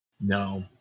no